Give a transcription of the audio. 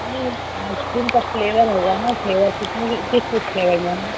नहीं आइसक्रीम का फ्लेवर होगा ना फ्लेवर किसमें की किस किस फ्लेवर में है